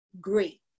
great